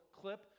clip